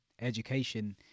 education